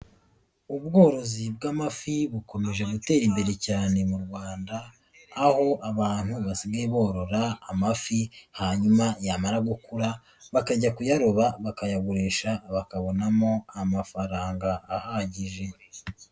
Ubworozi bw'amafi bukomeje gutera imbere cyane mu Rwanda, aho abantu basigaye borora amafi hanyuma yamara gukura bakajya kuyaroba bakayagurisha bakabonamo amafaranga ahagije.